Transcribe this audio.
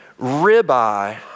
ribeye